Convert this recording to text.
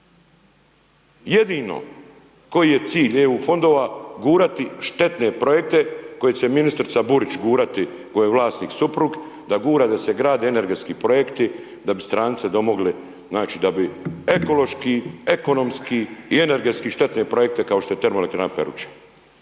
Jedino koji je cilj EU fondova, gurati štetne projekte koje će ministrica Burić gurati, koje je vlasnik suprug, da gura da se grade energetski projekti da bi strance domogli, znači, da bi ekološki, ekonomski i energetski štetne projekte, kao što je Termoelektrana Peruča,